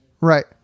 right